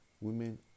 women